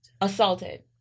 Assaulted